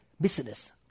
business